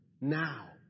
now